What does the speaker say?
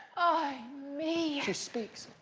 ay me! she speaks